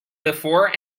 before